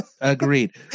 Agreed